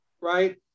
right